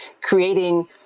creating